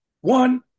One